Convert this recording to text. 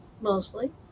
mostly